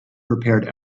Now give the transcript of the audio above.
prepared